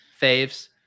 faves